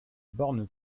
bornes